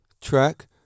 track